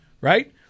right